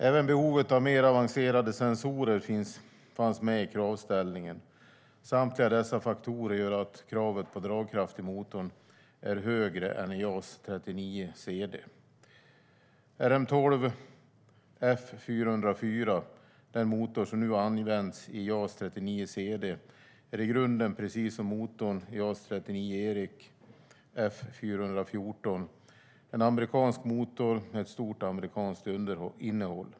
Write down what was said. Även behovet av mer avancerade sensorer fanns med i kravställningen. Samtliga dessa faktorer gör att kravet på dragkraft i motorn är högre än i JAS 39C/D.